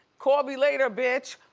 call me later, bitch.